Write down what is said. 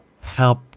help